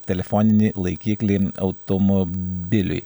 telefoninį laikiklį automobiliui